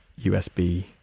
USB